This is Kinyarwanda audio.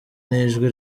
n’ijwi